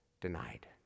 denied